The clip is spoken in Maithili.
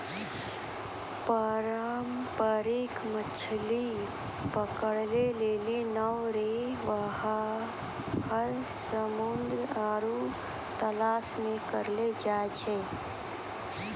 पारंपरिक मछली पकड़ै लेली नांव रो वेवहार समुन्द्र आरु तालाश मे करलो जाय छै